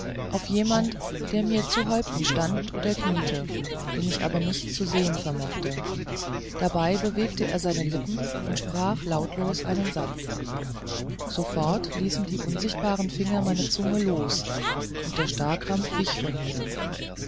auf jemand der mir zu häupten stand oder kniete den ich aber nicht zu sehen vermochte dabei bewegte er seine lippen und sprach lautlos einen satz sofort ließen die unsichtbaren finger meine zunge los und der starrkrampf wich von mir